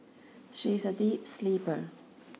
she is a deep sleeper